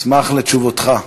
נשמח לתשובתך.